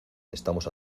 estamos